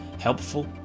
helpful